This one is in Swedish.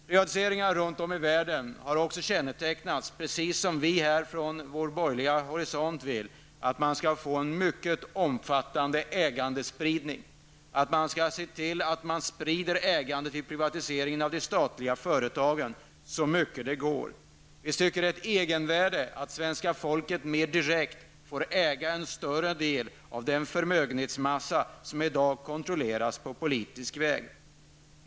Privatiseringar runt om i världen har också kännetecknats av, precis som vi från vår borgerliga horisont vill, en mycket omfattande ägandespridning. Man skall se till att sprida ägandet vid privatiseringen av de statliga företagen så mycket det går. Vi tycker att det har ett egenvärde att det svenska folket mer direkt får äga en större del av den förmögenhetsmassa som i dag kontrolleras på politisk väg.